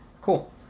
cool